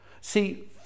see